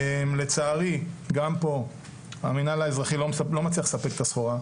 לצערי גם פה המינהל האזרחי לא מצליח לספק את הסחורה,